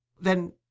Then